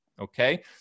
Okay